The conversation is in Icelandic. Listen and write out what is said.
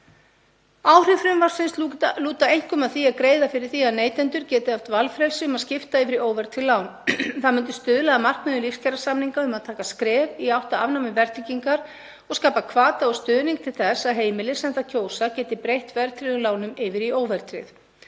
Áhrif frumvarpsins lúta einkum að því að greiða fyrir því að neytendur geti haft valfrelsi um að skipta yfir í óverðtryggð lán. Það myndi stuðla að markmiðum lífskjarasamninga um að taka skref í átt að afnámi verðtryggingar og skapa hvata og stuðning til þess að heimili sem það kjósa geti breytt verðtryggðum lánum yfir í óverðtryggð.